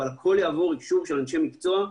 אבל הכול יעבור אישור של אנשי מקצוע.